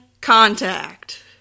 contact